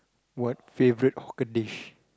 what favorite hawker dish